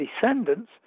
descendants